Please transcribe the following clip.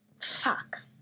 fuck